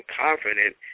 confident